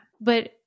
But-